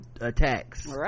attacks